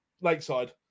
Lakeside